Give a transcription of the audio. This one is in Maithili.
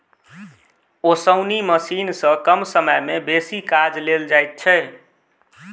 ओसौनी मशीन सॅ कम समय मे बेसी काज लेल जाइत छै